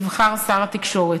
יבחר שר התקשורת.